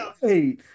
Hey